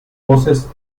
voces